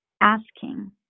asking